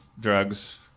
drugs